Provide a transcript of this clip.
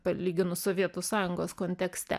palyginus sovietų sąjungos kontekste